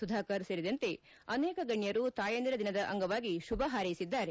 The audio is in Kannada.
ಸುಧಾಕರ್ ಸೇರಿದಂತೆ ಅನೇಕ ಗಣ್ಣರು ತಾಯಂದಿರ ದಿನದ ಅಂಗವಾಗಿ ಶುಭ ಹಾರ್ಕೆಸಿದ್ದಾರೆ